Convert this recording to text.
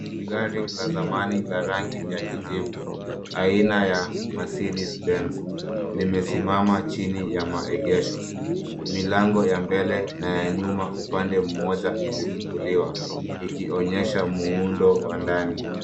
Gari la zamani la rangi ya kijivu aina ya Mercedes-Benz, limesimama chini ya maegesho. Milingo ya mbele na ya nyuma upande mmoja imefunguliwa, ikionyesha muundo wa ndani.